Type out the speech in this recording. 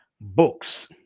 books